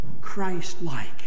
Christ-like